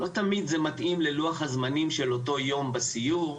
לא תמיד זה מתאים ללוח הזמנים של אותו יום בסיור,